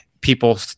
people